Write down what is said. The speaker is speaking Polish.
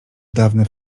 dawne